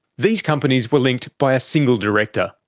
these companies were linked by a single director,